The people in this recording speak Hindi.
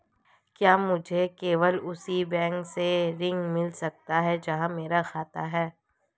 क्या मुझे केवल उसी बैंक से ऋण मिल सकता है जहां मेरा खाता है?